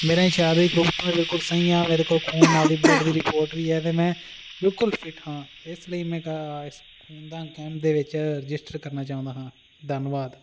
ਮੇਰੇ ਖਿਆਲ ਵਿੱਚ ਖੂਨਦਾਨ ਬਿਲਕੁਲ ਸਹੀ ਆ ਮੇਰੇ ਕੋਲ ਖੂਨ ਆਪਦੇ ਬਲੱਡ ਦੀ ਰਿਪੋਟ ਵੀ ਹੈ ਅਤੇ ਮੈਂ ਬਿਲਕੁਲ ਫਿੱਟ ਹਾਂ ਇਸ ਲਈ ਮੈਂ ਕ ਇਸ ਖੂਨਦਾਨ ਕੈਂਪ ਦੇ ਵਿੱਚ ਰਜਿਸਟਰ ਕਰਨਾ ਚਾਹੁੰਦਾ ਹਾਂ ਧੰਨਵਾਦ